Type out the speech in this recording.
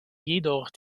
jedoch